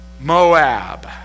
Moab